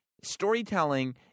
Storytelling